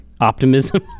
optimism